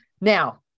Now